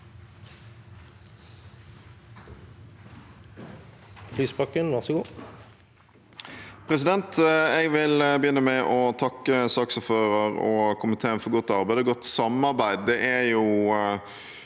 Jeg vil begynne med å takke saksordføreren og komiteen for godt arbeid og godt samarbeid.